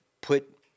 put